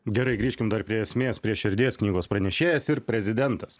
gerai grįžkim dar prie esmės prie širdies knygos pranešėjas ir prezidentas